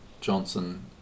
Johnson